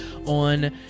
on